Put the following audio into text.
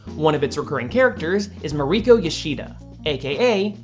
one of its recurring characters is mariko yashida a k a.